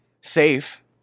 safe